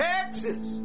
Texas